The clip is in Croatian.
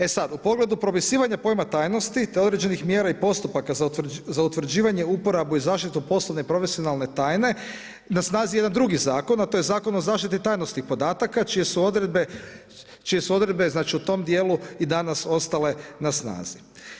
E sad, u pogledu propisivanja pojma tajnosti te određenih mjera i postupaka za utvrđivanje, uporabu i zaštitu poslovne i profesionalne tajne na snazi je jedan drugi zakon a to je Zakon o zaštiti tajnosti podataka čije su odredbe znači u tom dijelu i danas ostale na snazi.